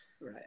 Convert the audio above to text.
Right